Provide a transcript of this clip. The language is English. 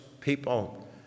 people